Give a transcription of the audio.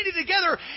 together